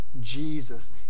Jesus